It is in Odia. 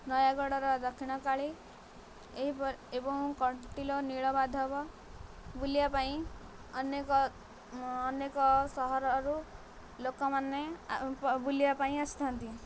ନୟାଗଡ଼ର ଦକ୍ଷିଣକାଳୀ ଏହିପରି ଏବଂ କଣ୍ଟିଲୋ ନୀଳମାଧଵ ବୁଲିବା ପାଇଁ ଅନେକ ଅନେକ ସହରରୁ ଲୋକମାନେ ବୁଲିବା ପାଇଁ ଆସିଥାନ୍ତି